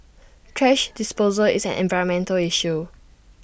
thrash disposal is an environmental issue